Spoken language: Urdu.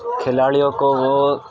کھلاڑیوں کو وہ